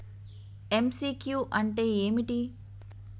MCQ అంటే ఏమిటి?